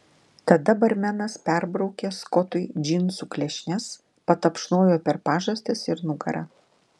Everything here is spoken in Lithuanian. tada barmenas perbraukė skotui džinsų klešnes patapšnojo per pažastis ir nugarą